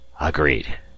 agreed